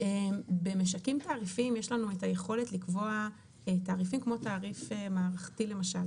במשקים תעריפיים יש לנו את היכולת לקבוע תעריפים כמו תעריף מערכתי למשל,